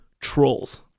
trolls